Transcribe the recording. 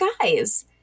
guys